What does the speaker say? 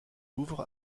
louvre